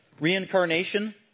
reincarnation